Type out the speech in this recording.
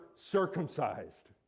circumcised